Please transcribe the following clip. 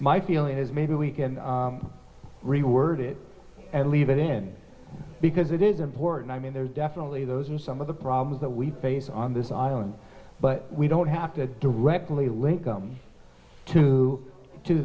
my feeling is maybe we can reword it leave it in because it is important i mean there definitely those are some of the problems that we face on this island but we don't have to directly link them to to